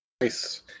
Nice